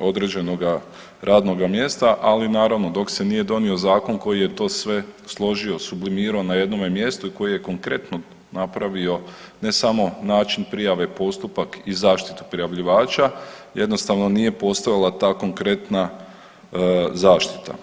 određenoga radnoga mjesta, ali naravno dok se nije donio zakon koji je to sve složio sublimirao na jednome mjestu koji je konkretno napravio ne samo način prijave, postupak i zaštitu prijavljivača jednostavno nije postojala ta konkretna zaštita.